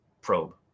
probe